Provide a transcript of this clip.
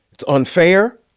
it's unfair,